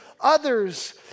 others